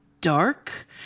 dark